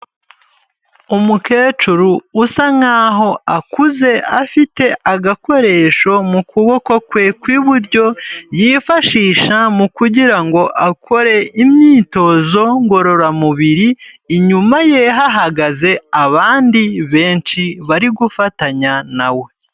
Umukecuru usa nkaho akuze afite agakoresho mu kuboko kwe kw'iburyo, yifashisha mu kugira ngo akore imyitozo ngororamubiri, inyuma ye hahagaze abandi benshi bari gufatanya na we.